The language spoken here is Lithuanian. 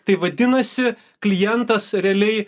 tai vadinasi klientas realiai